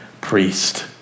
priest